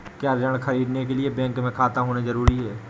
क्या ऋण ख़रीदने के लिए बैंक में खाता होना जरूरी है?